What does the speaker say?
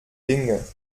dinge